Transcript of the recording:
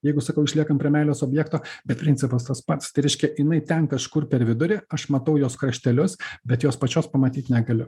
jeigu sakau išliekam prie meilės objekto bet principas tas pats tai reiškia jinai ten kažkur per vidurį aš matau jos kraštelius bet jos pačios pamatyt negaliu